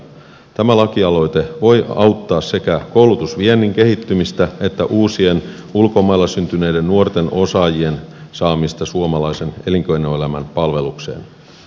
tämä lakialoite voi auttaa sekä koulutusviennin kehittymistä että uusien ulkomailla syntyneiden nuorten osaajien saamista suomalaisen elinkeinoelämän palvelukseen